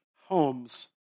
homes